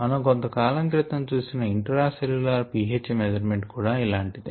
మనం కొంత కాలం క్రితం చూసిన ఇంట్రా సెల్ల్యూలార్ pH మెజర్మెంట్ కూడా ఇలాంటిదే